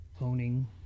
owning